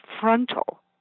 frontal